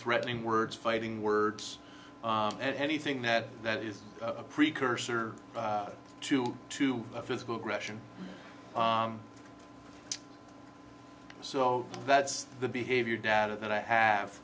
threatening words fighting words anything that that is a precursor to to physical aggression so that's the behavior data that i have